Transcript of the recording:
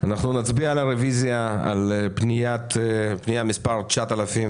אנחנו נצביע על הרוויזיה על פנייה מספר 9000,